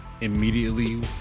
immediately